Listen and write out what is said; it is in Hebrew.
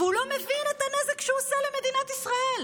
והוא לא מבין את הנזק שהוא עושה למדינת ישראל.